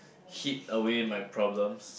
hit away my problems